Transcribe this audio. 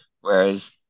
Whereas